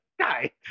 guy